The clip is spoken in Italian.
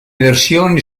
versioni